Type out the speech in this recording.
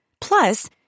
Plus